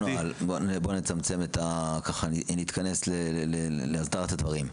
אפרופו נוהל, בוא נצמצם ונתכנס להסדרת הדברים.